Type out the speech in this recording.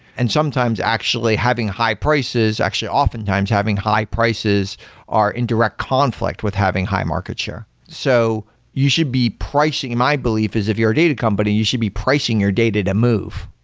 and sometimes actually having high prices, actually, oftentimes having high prices are in direct conflict with having high market share. so you should be pricing in my belief, is if you're a data company, you should be pricing your data to move.